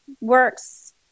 works